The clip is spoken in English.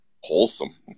wholesome